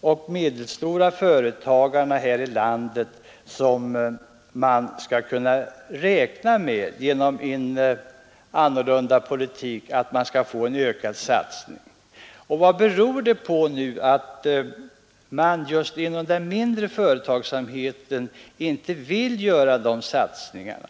och medelstora företagarna här i landet som vi skall kunna få till stånd en ökad satsning. Och vad beror det på att man just inom den mindre företagsamheten inte vill göra de satsningarna?